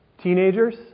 Teenagers